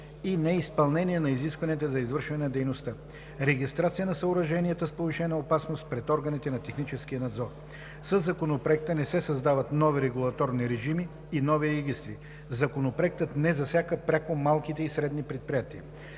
и неизпълнение на изискванията за извършване на дейността; - Регистрация на съоръженията с повишена опасност пред органите за технически надзор. Със Законопроекта не се създават нови регулаторни режими и нови регистри. Законопроектът не засяга пряко малките и средни предприятия.